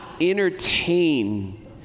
entertain